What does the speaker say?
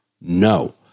No